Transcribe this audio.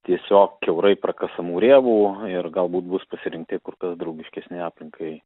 tiesiog kiaurai prakasamų rėvų ir galbūt bus pasirinkti kur kas draugiškesni aplinkai